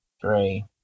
three